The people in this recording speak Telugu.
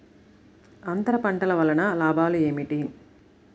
అంతర పంటల వలన లాభాలు ఏమిటి?